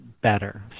better